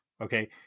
Okay